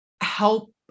help